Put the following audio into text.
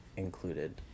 included